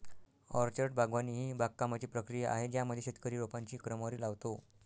orchard बागवानी ही बागकामाची प्रक्रिया आहे ज्यामध्ये शेतकरी रोपांची क्रमवारी लावतो